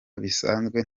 bisanzwe